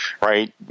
right